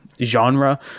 genre